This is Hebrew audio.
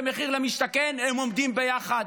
במחיר למשתכן הם עומדים ביחד,